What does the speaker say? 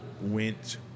went